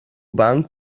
bank